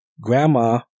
Grandma